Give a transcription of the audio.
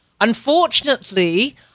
Unfortunately